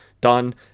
done